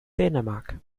dänemark